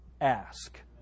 ask